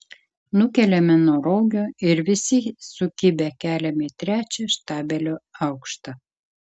nukeliame nuo rogių ir visi sukibę keliam į trečią štabelio aukštą